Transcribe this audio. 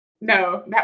No